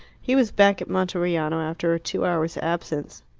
he was back at monteriano after a two hours' absence.